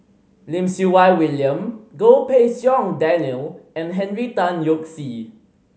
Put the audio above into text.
Lim Siew Wai William Goh Pei Siong Daniel and Henry Tan Yoke See